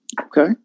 Okay